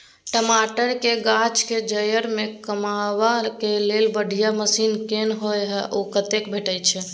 टमाटर के गाछ के जईर में कमबा के लेल बढ़िया मसीन कोन होय है उ कतय भेटय छै?